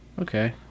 Okay